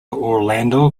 orlando